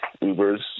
Uber's